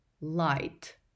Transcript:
light